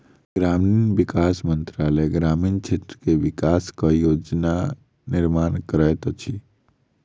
ग्रामीण विकास मंत्रालय ग्रामीण क्षेत्र के विकासक योजना निर्माण करैत अछि